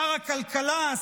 שר הכלכלה,